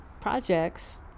projects